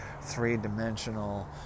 three-dimensional